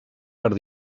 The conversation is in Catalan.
per